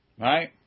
Right